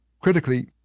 Critically